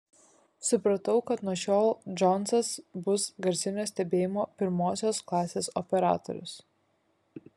supratau kad nuo šiol džonsas bus garsinio stebėjimo pirmosios klasės operatorius